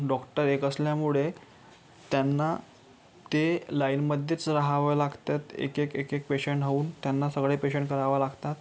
doctor एक असल्यामुळे त्यांना ते लाईनमध्येच रहावं लागतात एक एक एक एक पेशंट होऊन त्यांना सगळे पेशंट करावं लागतात